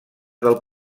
del